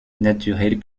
naturel